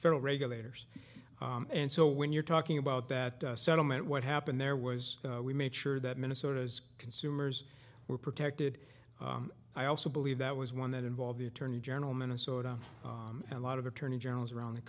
federal regulators and so when you're talking about that settlement what happened there was we made sure that minnesota's consumers were protected i also believe that was one that involved the attorney general minnesota and a lot of attorney generals around the